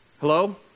Hello